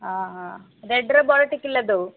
ହଁ ହଁ ରେଡ଼୍ର ବଡ଼ ଟିକିଲ୍ଟା ଦବୁ